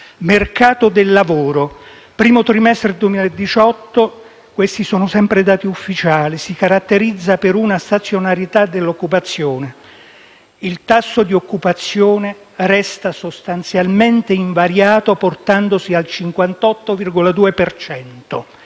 Mercato del lavoro: il primo trimestre 2018 - e questi sono sempre dati ufficiali - si caratterizza per una stazionarietà dell'occupazione; il tasso di occupazione resta sostanzialmente invariato, portandosi al 58,2